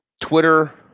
Twitter